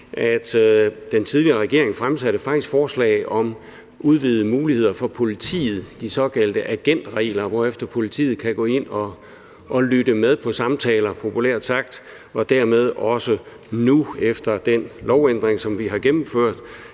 den tidligere regering faktisk fremsatte forslag om udvidede muligheder for politiet, de såkaldte agentregler, hvorefter politiet kan gå ind og lytte med på samtaler, populært sagt, og dermed efter den lovændring, vi har gennemført,